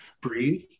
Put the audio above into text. breathe